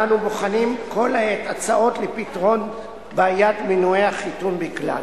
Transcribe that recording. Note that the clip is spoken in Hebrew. ואנו בוחנים כל העת הצעות לפתרון בעיית מנועי החיתון בכלל.